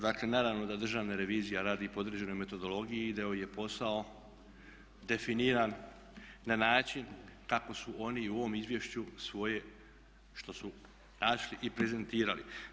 Dakle, naravno da Državna revizija radi po određenoj metodologiji i da joj je posao definiran na način kako su oni u ovom izvješću svoje što su našli i prezentirali.